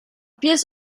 pies